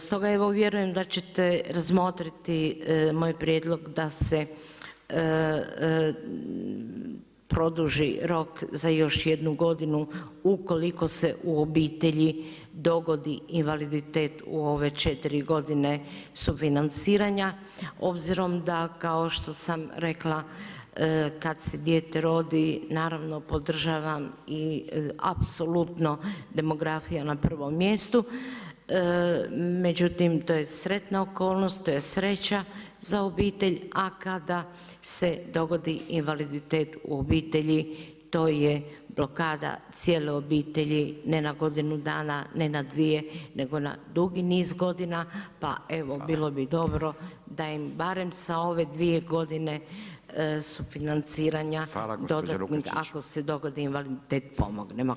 Stoga evo vjerujem da ćete razmotriti moj prijedlog da se produži rok za još godinu, ukoliko se u obitelji dogodi invaliditet u ove 4 godine sufinanciranja, obzirom da kao što sam rekla, kad se dijete rodi, naravno podržavam i apsolutno, demografija na prvom mjestu, međutim to je sretna okolnost, to je sreća za obitelj a kada se dogodi invaliditet u obitelji to je blokada cijele obitelji, ne na godinu dana, ne nadvije, nego na dugi niz godina pa evo bilo bi dobro da im barem sa ove dvije godine sufinanciranja dodatnog, ako se dogodi invaliditet pomognemo.